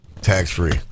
Tax-free